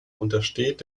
untersteht